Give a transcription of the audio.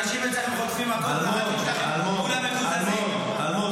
אנשים אצלנו חוטפים מכות --- כולם מקוזזים --- אלמוג,